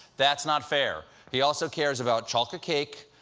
that's not fair. he also cares about chocolate cake,